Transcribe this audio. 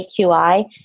AQI